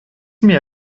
mir